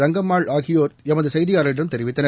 ரங்கம்மாள் ஆகியோர் எமதுசெய்தியாளரிடம் தெரிவித்தனர்